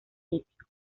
hípico